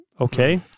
okay